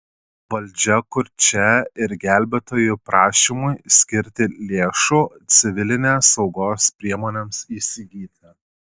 valdžia kurčia ir gelbėtojų prašymui skirti lėšų civilinės saugos priemonėms įsigyti